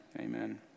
amen